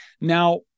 now